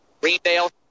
Greendale